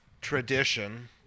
tradition